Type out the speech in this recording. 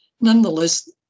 nonetheless